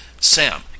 sam